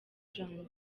jones